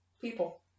people